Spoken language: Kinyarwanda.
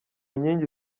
nkingi